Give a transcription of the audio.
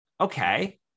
Okay